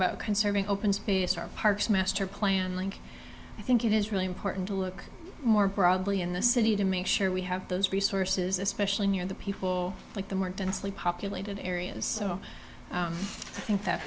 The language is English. about conserving open space our parks master plan link i think it is really important to look more broadly in the city to make sure we have those resources especially near the people like the more densely populated areas so i think that